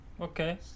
Okay